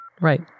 Right